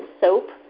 soap